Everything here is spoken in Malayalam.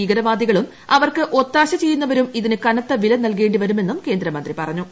ഭീകരവാദ്ദികളും അവർക്ക് ഒത്താശ ചെയ്യുന്നവരും ഇതിന് കനത്ത പ്പിൽ ൻൽകേണ്ടി വരുമെന്നും കേന്ദ്ര മന്ത്രി പറഞ്ഞു